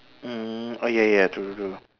err oh ya ya true true true